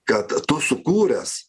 kad tu sukūręs